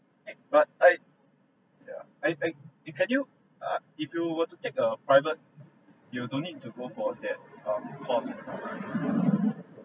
at but I yeah I I you can you uh but if you were to take a private you don't need to go for that um course